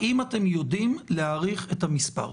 האם אתם יודעים להעריך את המספר?